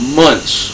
months